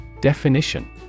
Definition